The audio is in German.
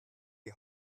die